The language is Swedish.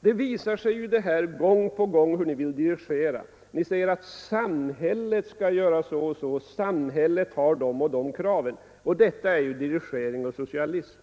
Det visar sig ju gång på gång hur ni vill dirigera, ni säger att samhället skall göras så och så, samhället har de och de kraven, och detta är ju dirigering och socialism.